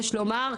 יש לומר,